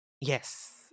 Yes